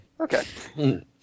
Okay